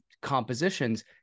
compositions